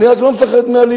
אני רק לא מפחד מאלימים.